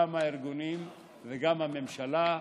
גם הארגונים וגם הממשלה,